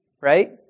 right